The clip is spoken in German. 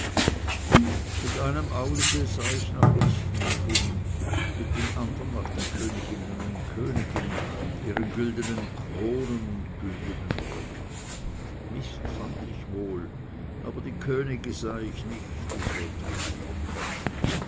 mit einem auge sah ich nach mist mich um mit dem andern nach den königen und königinnen ihren güldenen kronen und güldenen röcken mist fand ich wohl aber die könige sah ich nicht es wollte keiner kommen